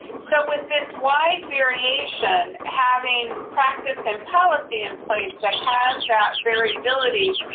so with this wide variation, having practice and policy in place that has that variability,